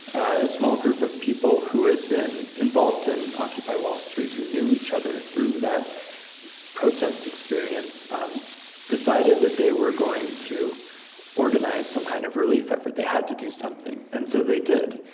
a small group of people who had been involved in occupy wall street who knew each other through that protest experience decided that they were going to organize some kind of relief effort. they had to do something. and so they did.